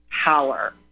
power